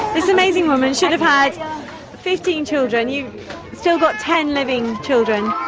this amazing woman should have had fifteen children, you've still got ten living children